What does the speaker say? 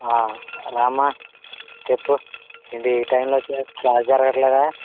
రామ్మ చెప్పు ఎంటి ఈ టైంలో వచ్చావు క్లాస్ జరగటం లేదా